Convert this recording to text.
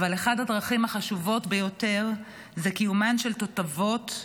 אבל אחת הדרכים החשובות ביותר היא קיומן של תותבות,